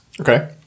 Okay